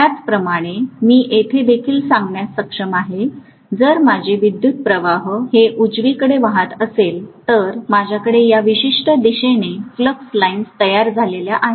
त्याचप्रमाणे मी येथे देखील सांगण्यास सक्षम आहे जर माझे विद्युतप्रवाह हे उजवीकडे वाहत असेल तर माझ्याकडे या विशिष्ट दिशेने फ्लक्स लाइन्स तयार झालेल्या आहेत